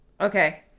Okay